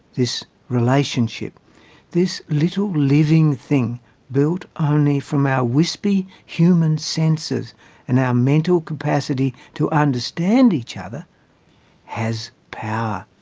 this relationship this little living thing built only from our whispy human senses and our mental capacity to understand each other has power.